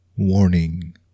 Warning